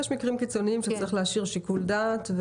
יש מקרים קיצוניים שצריך להשאיר שיקול דעת.